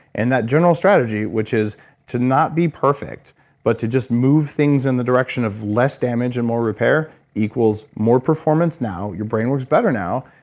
and that general strategy, which is to not be perfect but to just move things in the direction of less damage and more repair equals more performance now. your brain works better now,